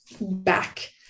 back